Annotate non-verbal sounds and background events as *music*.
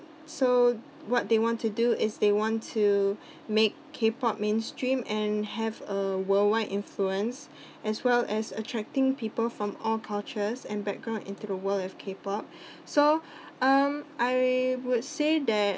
so what they want to do is they want to make K pop mainstream and have a worldwide influence *breath* as well as attracting people from all cultures and background into the world of K pop so um I would say that